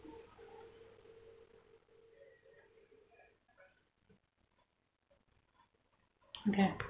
okay